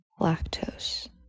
lactose